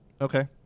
Okay